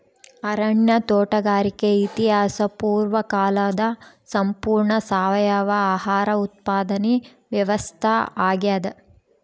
ಅರಣ್ಯ ತೋಟಗಾರಿಕೆ ಇತಿಹಾಸ ಪೂರ್ವಕಾಲದ ಸಂಪೂರ್ಣ ಸಾವಯವ ಆಹಾರ ಉತ್ಪಾದನೆ ವ್ಯವಸ್ಥಾ ಆಗ್ಯಾದ